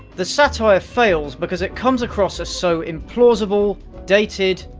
the satire fails because it comes across as so implausible, dated,